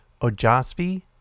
Ojasvi